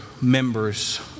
members